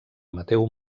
mateu